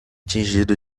tingido